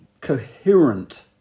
coherent